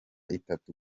itatu